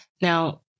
Now